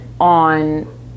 on